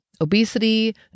obesity